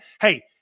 Hey